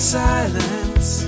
silence